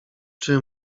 czy